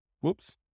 Whoops